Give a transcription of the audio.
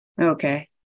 Okay